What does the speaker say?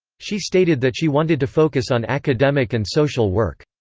she stated that she wanted to focus on academic and social work.